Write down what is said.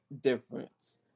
difference